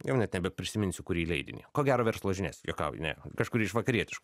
jau net nebeprisiminsiu kurį leidinį ko gero verslo žinias juokauju ne kažkurį iš vakarietiš